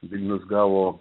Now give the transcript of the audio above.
vilnius gavo